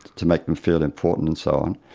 to make them feel important and so on.